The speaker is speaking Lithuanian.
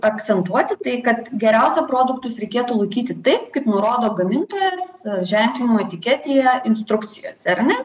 akcentuoti tai kad geriausia produktus reikėtų laikyti taip kaip nurodo gamintojas ženklinimo etiketėje instrukcijose ar ne